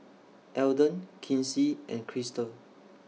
Alden Kinsey and Krystle